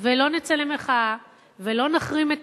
ולא נצא למחאה, ולא נחרים את